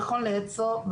נכון לעת הזו,